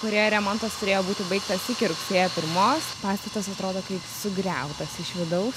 kurioje remontas turėjo būti baigtas iki rugsėjo pirmos pastatas atrodo kaip sugriautas iš vidau